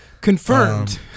Confirmed